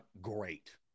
great